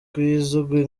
kizwi